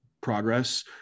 progress